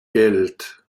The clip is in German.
geld